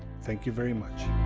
thank you very much.